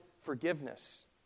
forgiveness